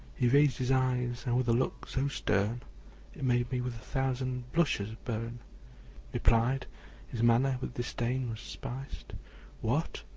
he raised his eyes and with a look so stern it made me with a thousand blushes burn replied his manner with disdain was spiced what!